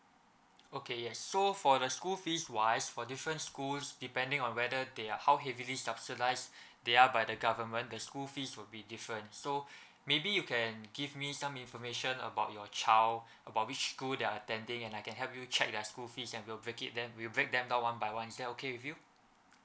okay yes so for the school fees wise for different schools depending on whether they are how heavily subsidised they are by the government the school fees will be different so maybe you can give me some information about your child about which school they are attending and I can help you check their school fees and will break it then will break them down one by one is that okay with you